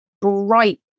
bright